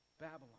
Babylon